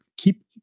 Keep